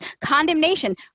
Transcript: condemnation